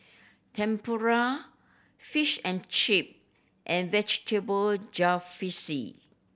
Tempura Fish and Chip and Vegetable Jalfrezi